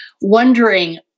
wondering